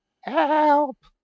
Help